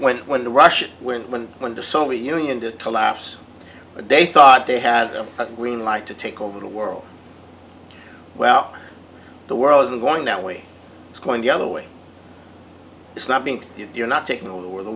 when when the russian went when when the soviet union did collapse but they thought they had a green light to take over the world well the world isn't going that way it's going the other way it's not being good you're not taking over the